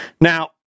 Now